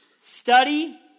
study